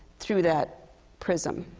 through that prism.